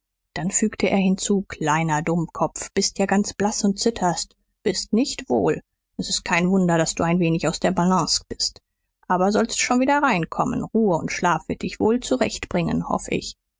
dann fügte er hinzu kleiner dummkopf bist ja ganz blaß und zitterst bist nicht wohl s ist kein wunder daß du ein wenig aus der balanze bist aber sollst schon wieder reinkommen ruhe und schlaf wird dich wohl zurechtbringen hoff ich